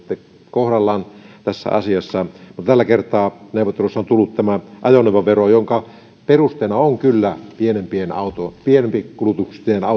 kohdallaan tässä asiassa mutta tällä kertaa neuvotteluissa on ollut tämä ajoneuvovero jonka perusteena on kyllä pienempikulutuksisten